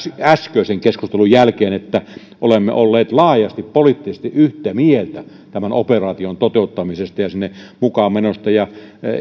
äskeisen keskustelun jälkeen että olemme olleet laajasti poliittisesti yhtä mieltä tämän operaation toteuttamisesta ja sinne mukaan menosta ja